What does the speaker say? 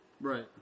right